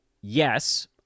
yes